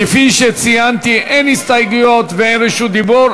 כפי שציינתי, אין הסתייגויות ואין רשות דיבור.